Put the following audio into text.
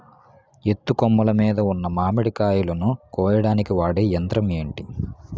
ఎత్తు కొమ్మలు మీద ఉన్న మామిడికాయలును కోయడానికి వాడే యంత్రం ఎంటి?